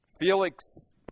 Felix